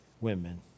women